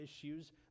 issues